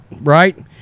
right